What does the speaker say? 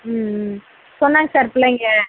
ம் ம் சொன்னாங்க சார் பிள்ளைங்க